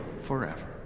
forever